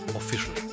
official